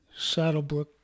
Saddlebrook